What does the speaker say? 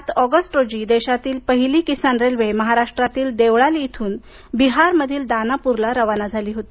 सात ऑगस्ट रोजी देशातील पहिली किसान रेल्वे महाराष्ट्रातील देवळाली इथून बिहारमधील दानापूरला रवाना झाली होती